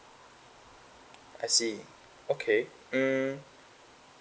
I see okay um